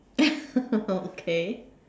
okay